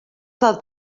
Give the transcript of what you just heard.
del